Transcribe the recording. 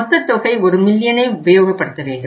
மொத்தத் தொகை ஒரு மில்லியனை உபயோகப்படுத்த வேண்டும்